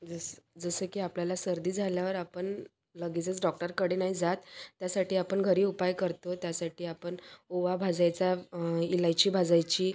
जस जसं की आपल्याला सर्दी झाल्यावर आपण लगेचच डॉक्टरकडे नाही जात त्यासाठी आपण घरी उपाय करतो त्यासाठी आपण ओवा भाजायचा इलायची भाजायची